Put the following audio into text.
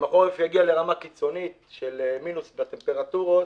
אם החורף יגיע לרמה קיצונית של מינוס בטמפרטורות